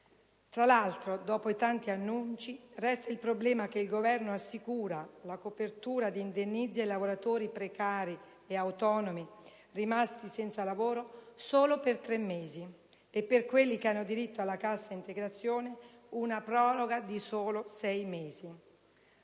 Tra l'altro, dopo i tanti annunci, resta il problema che il Governo assicura la copertura di indennizzi ai lavoratori precari e autonomi rimasti senza lavoro solo per tre mesi e per quelli che hanno diritto alla cassa integrazione una proroga di solo sei mesi.